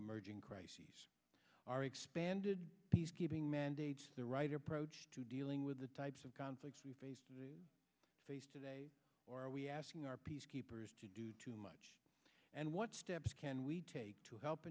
emerging crisis are expanded peacekeeping mandate the right approach to dealing with the types of conflicts we face to face today or are we asking our peacekeepers to do too much and what steps can we take to help